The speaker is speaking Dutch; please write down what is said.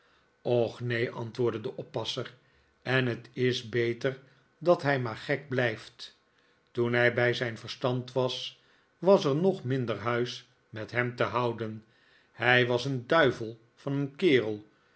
och neen antwoordde de oppasser en het is beter dat hij maar gek blijft toen hij bij zijn verstand was was er nog minder huis met hem te houden hij was een duivel van een kerel